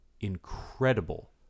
incredible